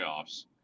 playoffs